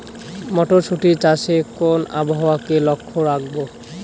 মটরশুটি চাষে কোন আবহাওয়াকে লক্ষ্য রাখবো?